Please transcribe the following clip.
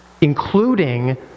including